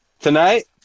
Tonight